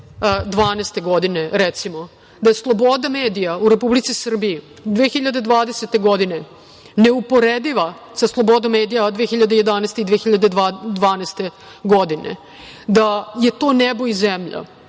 2012. godine, recimo, da je sloboda medija u Republici Srbiji 2020. godine neuporediva sa slobodom medija 2011. i 2012. godine, da je to nebo i zemlja,